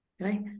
right